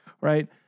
right